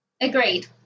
agreed